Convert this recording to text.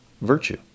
virtue